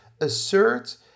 assert